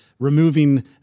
removing